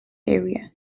area